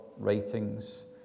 Writings